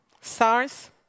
SARS